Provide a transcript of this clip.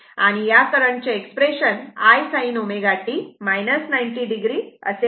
आणि या करंटचे expression I sin ω t 90 o असे आहे